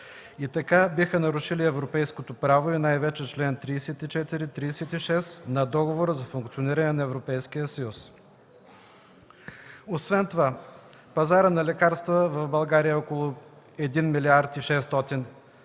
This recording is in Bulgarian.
и така биха нарушили европейското право и най-вече чл. 34 – 36 на Договора за функциониране на Европейския съюз. Пазарът на лекарства в България е около 1 млрд. 600